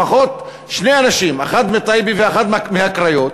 לפחות שני אנשים, אחד מטייבה ואחד מהקריות,